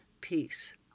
peace